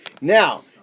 Now